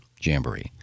jamboree